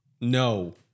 No